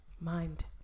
mind